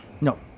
No